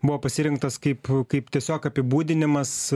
buvo pasirinktas kaip kaip tiesiog apibūdinimas